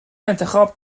انتخاب